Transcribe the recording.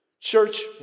Church